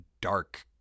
dark